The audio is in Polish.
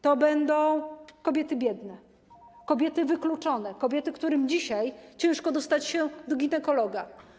To będą kobiety biedne, kobiety wykluczone, kobiety, którym dzisiaj ciężko dostać się do ginekologa.